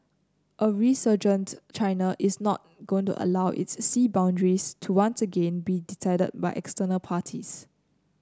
a resurgent China is not going to allow its sea boundaries to once again be decided by external parties